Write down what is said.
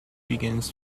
begins